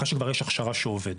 אחרי שכבר יש הכשרה שעובדת,